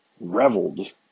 reveled